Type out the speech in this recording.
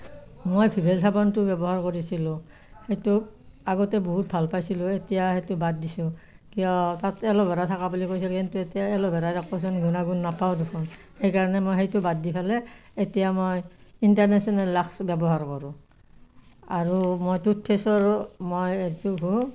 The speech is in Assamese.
মই ভিভেল চাবোনটো ব্যৱহাৰ কৰিছিলোঁ সেইটো আগতে বহুত ভাল পাইছিলোঁ এতিয়া সেইটো বাদ দিছোঁ কিয় তাতে এল'বেৰা থকা বুলি কৈছে কিন্তু এতিয়া এল'বেৰাৰ একোচোন গুণাগুণ নাপাওঁ দেখোন সেইকাৰণে মই সেইটো বাদ দি পেলাই এতিয়া মই ইণ্টাৰনেছেনেল লাক্স ব্যৱহাৰ কৰোঁ আৰু মই টোথপেষ্টৰ মই এইটো ঘহোঁ